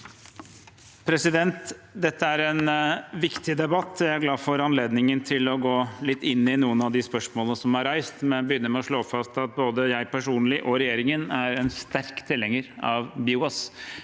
Dette er en viktig debatt, og jeg er glad for anledningen til å gå litt inn i noen av de spørsmålene som er reist. Jeg vil begynne med å slå fast at både jeg personlig og regjeringen er en sterk tilhenger av